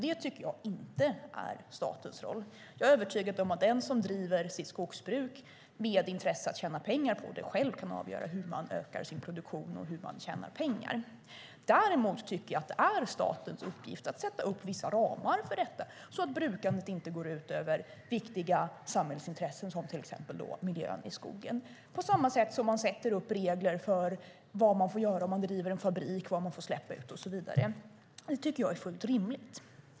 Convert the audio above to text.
Det tycker jag inte är statens roll. Jag är övertygad om att den som driver sitt skogsbruk med intresse att tjäna pengar på det själv kan avgöra hur man ökar sin produktion och hur man tjänar pengar. Däremot tycker jag att det är statens uppgift att sätta upp vissa ramar för detta, på samma sätt som staten sätter upp regler för vad man får göra om man driver en fabrik, vad man får släppa ut och så vidare, så att inte brukandet går ut över viktiga samhällsintressen som till exempel miljön och skogen. Det tycker jag är fullt rimligt.